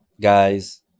guys